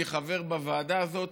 אני חבר בוועדה הזאת,